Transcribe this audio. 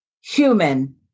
human